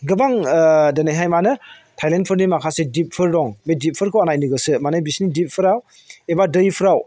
गोबां दिनैहाय मा होनो थायलेन्डफोरनि माखासे दिपफोर दं बे दिपफोरखौ आं नायनो गोसो माने बिसोरनि दिपफोराव एबा दैफोराव